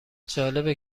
جالبه